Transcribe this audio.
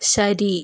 ശരി